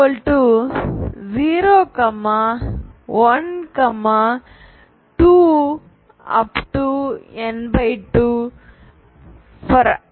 2nn k